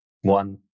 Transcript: one